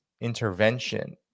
intervention